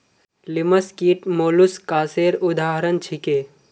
लिमस कीट मौलुसकासेर उदाहरण छीके